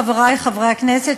חברי חברי הכנסת,